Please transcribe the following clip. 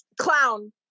Clown